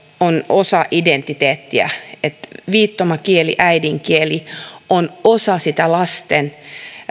myös osasta identiteettiä että viittomakieli äidinkielenä on osa sitä lasten